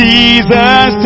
Jesus